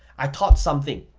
i taught something,